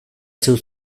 zeu